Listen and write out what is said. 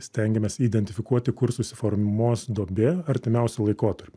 stengiamės identifikuoti kur susiformuos duobė artimiausiu laikotarpiu